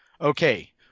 okay